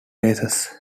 races